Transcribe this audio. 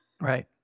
Right